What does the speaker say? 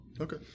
Okay